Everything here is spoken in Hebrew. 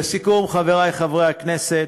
לסיכום, חברי חברי הכנסת,